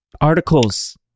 Articles